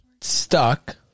Stuck